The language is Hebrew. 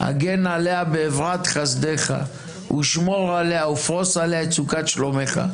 "הגן עליה באברת חסדך ופרוס עליה סוכת שלומך".